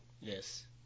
Yes